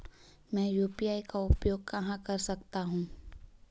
मैं यू.पी.आई का उपयोग कहां कर सकता हूं?